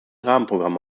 rahmenprogramm